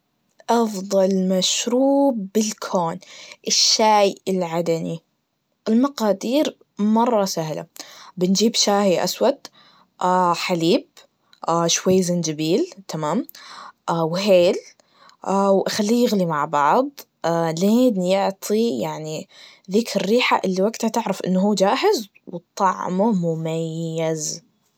أفضل مشرب بيكون الشاي العدني, المقادير مرة سهلة, بنجيب شاهي أسود حليب شوي زنجبيل, تمام؟ وهيل, وأخليه يغلي مع بعض, لين يعطي يعني ذيك الريحة اللي وقتها تعرف إن هو جاهز وطعمه مميز.